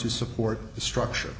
to support the structure